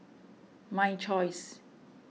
My Choice